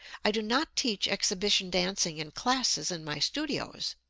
i do not teach exhibition dancing in classes in my studios.